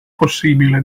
possibile